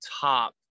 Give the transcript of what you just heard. top